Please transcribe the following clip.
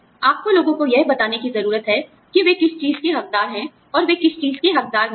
आपको लोगों को यह बताने की जरूरत है कि वे किस चीज के हक़दार हैं और वे किस चीज के हक़दार नहीं हैं